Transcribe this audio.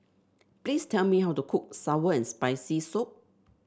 please tell me how to cook sour and Spicy Soup